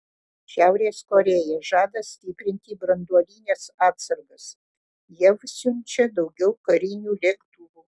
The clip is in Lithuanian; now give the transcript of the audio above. šiaurės korėja žada stiprinti branduolines atsargas jav siunčia daugiau karinių lėktuvų